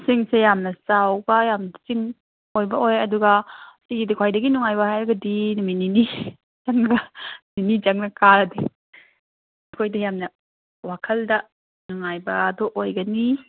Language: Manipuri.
ꯆꯤꯡꯁꯦ ꯌꯥꯝꯅ ꯆꯥꯎꯕ ꯌꯥꯝ ꯆꯤꯡ ꯑꯣꯏꯕ ꯑꯣꯏ ꯑꯗꯨꯒ ꯁꯤꯒꯤꯗꯤ ꯈ꯭ꯋꯥꯏꯗꯒꯤ ꯅꯨꯉꯥꯏꯕ ꯍꯥꯏꯔꯒꯗꯤ ꯅꯨꯃꯤꯠ ꯅꯤꯅꯤ ꯆꯪꯉꯒ ꯅꯤꯅꯤ ꯆꯪꯅ ꯀꯥꯔꯗꯤ ꯑꯩꯈꯣꯏꯗ ꯌꯥꯝꯅ ꯋꯥꯈꯜꯗ ꯅꯨꯡꯉꯥꯏꯕ ꯑꯗꯨ ꯑꯣꯏꯒꯅꯤ